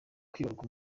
kwibaruka